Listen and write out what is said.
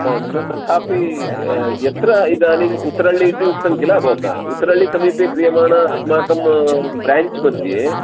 ponds तथापि यत्र इदानीम् उत्तरळ्ळि इति उक्तं किल भवता उत्तरळ्ळिसमीपे क्रियमाणम् अस्माकं ब्रेञ्च्मध्ये